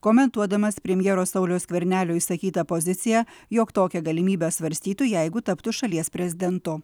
komentuodamas premjero sauliaus skvernelio išsakytą poziciją jog tokią galimybę svarstytų jeigu taptų šalies prezidentu